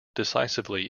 decisively